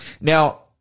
Now